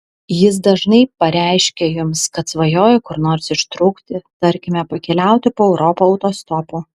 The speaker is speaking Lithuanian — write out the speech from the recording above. jis dažnai pareiškia jums kad svajoja kur nors ištrūkti tarkime pakeliauti po europą autostopu